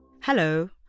Hello